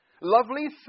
Lovely